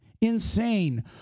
Insane